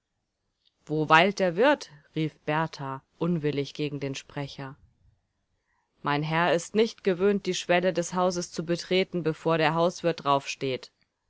wo weilt der wirt rief berthar unwillig gegen den sprecher mein herr ist nicht gewöhnt die schwelle des hauses zu betreten bevor der hauswirt